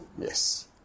Yes